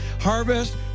Harvest